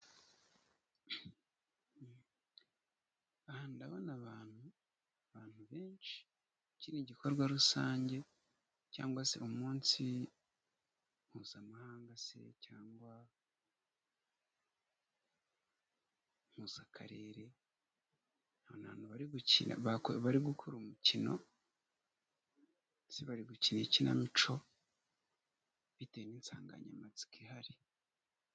Aha ndabona abantu abantu benshi iki ni igikorwa rusange cyangwa se umunsi mpuzamahanga se cyangwa mpuzakarere abantu bari gukina cyangwa se bari gukora umukino bari hasi bari gukina ikinamico bitewe n'insanganyamatsiko ihari.